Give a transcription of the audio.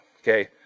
okay